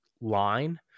line